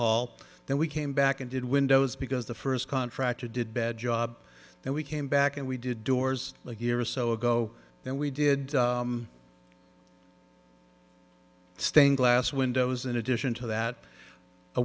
hall then we came back and did windows because the first contractor did bad job and we came back and we did doors like a year or so ago then we did stained glass windows in addition to that a